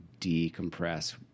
decompress